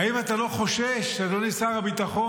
האם אתה לא חושש, אדוני שר הביטחון,